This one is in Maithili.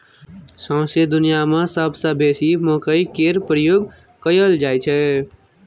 सौंसे दुनियाँ मे सबसँ बेसी मकइ केर प्रयोग कयल जाइ छै